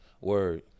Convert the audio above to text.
word